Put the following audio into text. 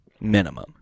Minimum